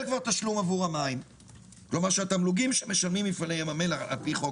כבר תשלום עבור המים כלומר התמלוגים שמשלמים מפעלי ים המלח על-פי חוק